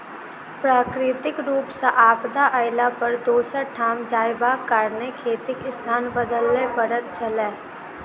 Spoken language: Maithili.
प्राकृतिक रूप सॅ आपदा अयला पर दोसर ठाम जायबाक कारणेँ खेतीक स्थान बदलय पड़ैत छलै